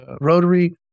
Rotary